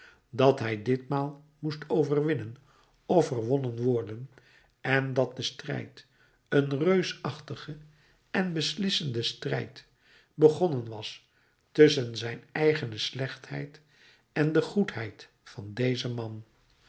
dat hij ditmaal moest overwinnen of verwonnen worden en dat de strijd een reusachtige en beslissende strijd begonnen was tusschen zijn eigene slechtheid en de goedheid van dezen man